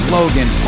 Logan